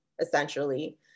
essentially